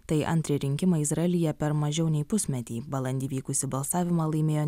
tai antri rinkimai izraelyje per mažiau nei pusmetį balandį vykusį balsavimą laimėjo